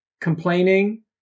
complaining